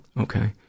Okay